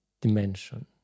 dimension